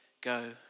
go